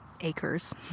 acres